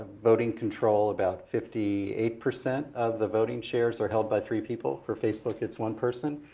voting control about fifty eight percent of the voting shares, are held by three people. for facebook it's one person.